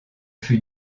fut